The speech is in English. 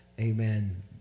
Amen